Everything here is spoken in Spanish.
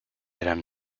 eran